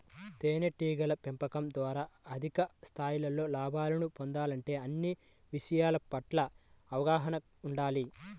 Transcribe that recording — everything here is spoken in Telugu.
తేనెటీగల పెంపకం ద్వారా అధిక స్థాయిలో లాభాలను పొందాలంటే అన్ని విషయాల పట్ల అవగాహన ఉండాలి